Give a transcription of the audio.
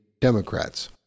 Democrats